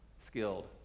skilled